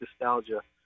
nostalgia